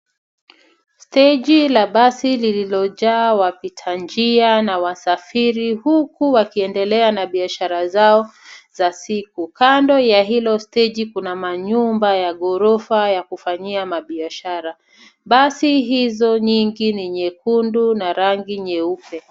Steji la basi lililojaa wapitanjia na wasafiri huku wakiendelea na biashara zao za siku. Kando ya hilo steji kuna manyumba ya ghorofa ya kufanyia mabiashara. Basi hizo nyingi ni nyekundu na rangi nyeupe.